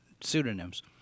pseudonyms